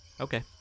Okay